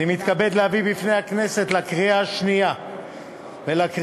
אני מתכבד להביא בפני הכנסת לקריאה השנייה ולקריאה